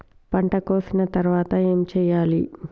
పంట కోసిన తర్వాత ఏం చెయ్యాలి?